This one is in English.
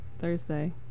Thursday